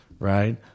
Right